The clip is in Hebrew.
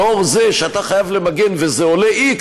לאור זה שאתה חייב למגן וזה עולה x,